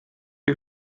you